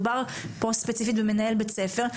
מדובר פה ספציפית במנהל בית ספר.